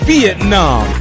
Vietnam